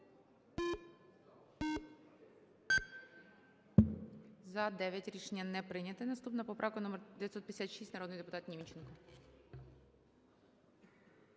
За-9 Рішення не прийнято. Наступна поправка - номер 956. Народний депутат Німченко.